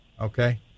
Okay